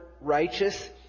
righteous